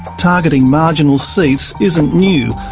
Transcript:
targeting marginal seats isn't new,